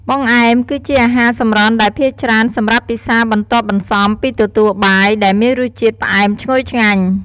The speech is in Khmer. បង្អែម គឺជាអាហារសម្រន់ដែលភាគច្រើន សម្រាប់ពិសាបន្ទាប់បន្សំពីទទួលបាយ ដែលមានរសជាតិផ្អែមឈ្ងុយឆ្ងាញ់។